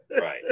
Right